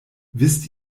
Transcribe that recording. wisst